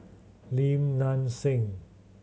Lim Nang Seng